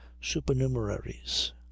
supernumeraries